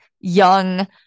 young